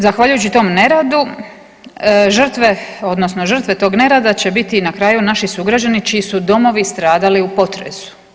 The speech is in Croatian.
Zahvaljujući tom neredu žrtve odnosno žrtve tog nerada će na kraju biti naši sugrađani čiji su domovi stradali u potresu.